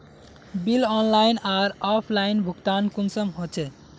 Bill online आर offline भुगतान कुंसम होचे?